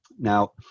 Now